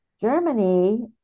Germany